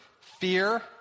fear